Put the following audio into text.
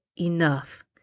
enough